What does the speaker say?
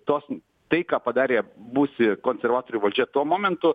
tos tai ką padarė buvusi konservatorių valdžia tuo momentu